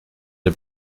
der